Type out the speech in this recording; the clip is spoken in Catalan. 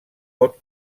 pot